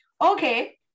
okay